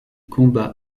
combat